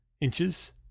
inches